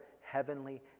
heavenly